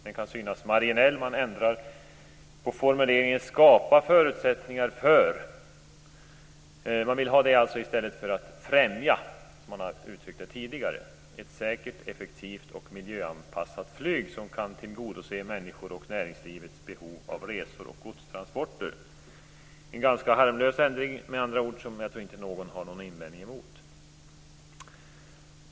Den kan synas marginell. Man ändrar formuleringen till "skapa förutsättningar för ett säkert, effektivt och miljöanpassat flyg som kan tillgodose människors och näringslivets behov av resor och godstransporter" i stället för "främja", som man tidigare uttryckte det. Det är med andra ord en ganska harmlös ändring som jag tror att inte någon har någon invändning mot.